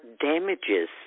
damages